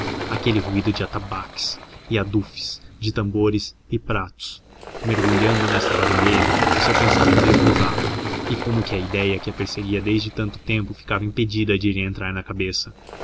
aquele ruído de atabaques e adufes de tambores e pratos mergulhando nessa barulheira o seu pensamento repousava e como que a idéia que a perseguia desde tanto tempo ficava impedida de lhe entrar na cabeça